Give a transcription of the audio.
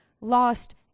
Lost